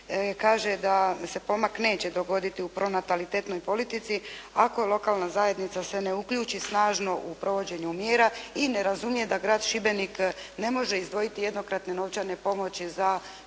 kaže da se pomak neće dogoditi u pronatalitetnoj politici, ako lokalna zajednica se ne uključi snažno u provođenju mjera i ne razumije da grad Šibenik ne može izdvojiti jednokratne novčane pomoći za